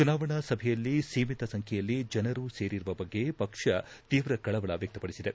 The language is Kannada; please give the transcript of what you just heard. ಚುನಾವಣಾ ಸಭೆಯಲ್ಲಿ ಶೀಮಿತ ಸಂಖ್ಯೆಯಲ್ಲಿ ಜನರು ಸೇರಿರುವ ಬಗ್ಗೆ ಪಕ್ಷ ತೀವ್ರ ಕಳವಳ ವ್ಯಕ್ತಪಡಿಸಿದೆ